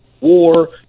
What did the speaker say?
war